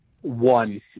one